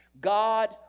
God